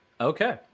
okay